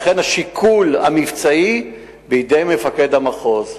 לכן השיקול המבצעי, בידי מפקד המחוז.